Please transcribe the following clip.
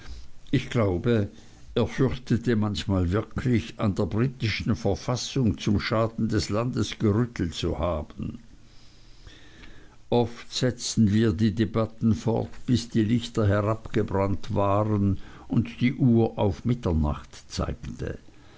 ich glaube er fürchtete manchmal wirklich an der britischen verfassung zum schaden des landes gerüttelt zu haben oft setzten wir die debatten fort bis die lichter herabgebrannt waren und die uhr auf mitternacht zeigte